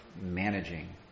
managing